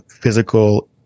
physical